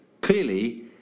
clearly